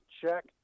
check